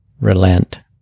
relent